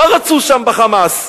מה רצו שם ב"חמאס"?